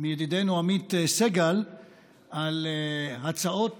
מידידנו עמית סגל על הצעות